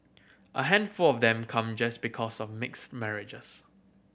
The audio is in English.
a handful of them come because of mixed marriages